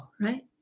right